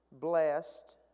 Blessed